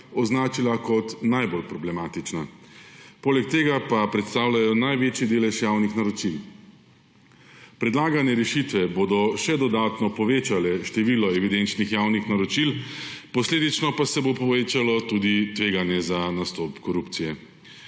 označila kot najbolj problematična. Poleg tega pa predstavljajo največji delež javnih naročil. Predlagane rešitve bodo še dodatno povečale število evidenčnih javnih naročil, posledično pa se bo povečalo tudi tveganje za nastop korupcije.